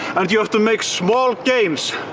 and you have to make small gains,